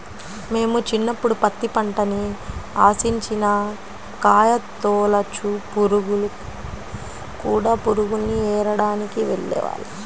మేము చిన్నప్పుడు పత్తి పంటని ఆశించిన కాయతొలచు పురుగులు, కూడ పురుగుల్ని ఏరడానికి వెళ్ళేవాళ్ళం